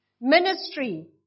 Ministry